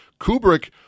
Kubrick